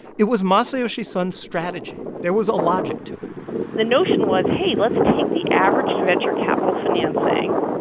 it was masayoshi son's strategy. there was a logic to it the notion was, hey, let's take the average venture capital financing,